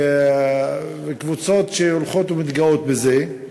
קבוצות שהולכות ומתגאות בזה.